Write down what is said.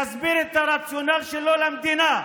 יסביר את הרציונל שלו למדינה,